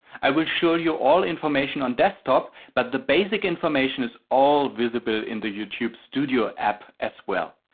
i will show you all information on desktop but the basic information is all visible in the youtube studio app as well.